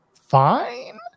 fine